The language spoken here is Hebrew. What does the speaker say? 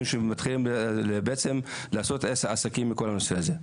שמתחילים לעשות עסקים בכל הנושא הזה.